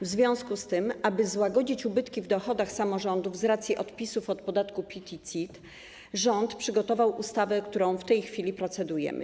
W związku z tym, aby złagodzić ubytki w dochodach samorządów z racji odpisów od podatków PIT i CIT, rząd przygotował ustawę, nad którą w tej chwili procedujemy.